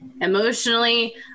emotionally